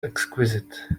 exquisite